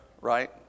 right